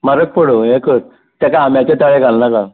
म्हारग पडूं हें कर तेका आंब्याचे ताळे घाल नाका